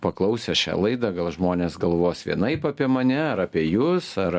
paklausę šią laidą gal žmonės galvos vienaip apie mane ar apie jus ar